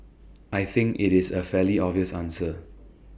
I think IT is A fairly obvious answer